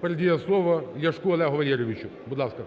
передає слово Ляшку Олегу Валерійовичу. Будь ласка.